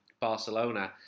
Barcelona